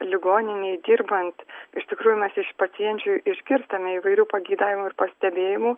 ligoninėj dirbant iš tikrųjų mes iš pacienčių išgirstame įvairių pageidavimų ir pastebėjimų